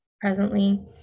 presently